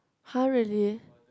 [huh] really